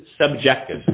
subjective